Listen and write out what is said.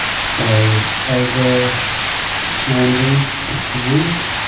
so they were challenging at times.